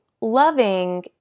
loving